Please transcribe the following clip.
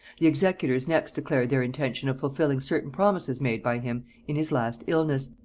the executors next declared their intention of fulfilling certain promises made by him in his last illness,